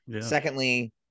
Secondly